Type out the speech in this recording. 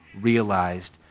realized